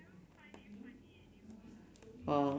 !wow!